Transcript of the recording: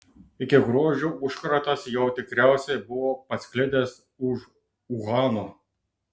iki gruodžio užkratas jau tikriausiai buvo pasklidęs už uhano